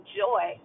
joy